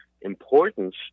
importance